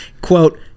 Quote